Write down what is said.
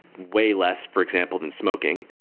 way less, for example, than smoking.